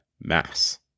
Mass